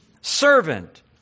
servant